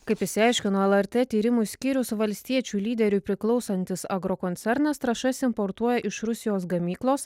kaip išsiaiškino lrt tyrimų skyriaus valstiečių lyderiui priklausantis agrokoncernas trąšas importuoja iš rusijos gamyklos